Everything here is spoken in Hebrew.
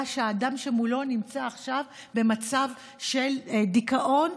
שהאדם שמולו נמצא עכשיו במצב של דיכאון,